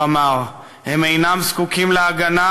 הוא אמר, הם אינם זקוקים להגנה.